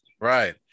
right